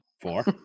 Four